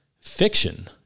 fiction